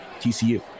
TCU